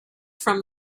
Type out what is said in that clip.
from